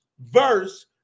verse